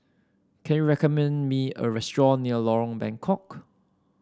can you recommend me a restaurant near Lorong Bengkok